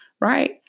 right